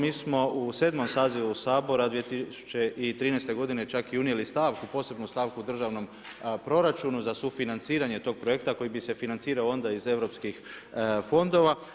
Mi smo u 7. sazivu Sabora 2013. godine čak unijeli i stavku, posebnu stavku u državnom proračunu za sufinanciranje tog projekta koji bi se financirao onda iz EU fondova.